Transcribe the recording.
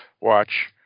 watch